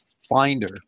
finder